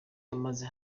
amaze